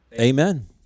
Amen